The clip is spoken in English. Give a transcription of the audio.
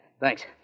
thanks